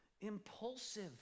impulsive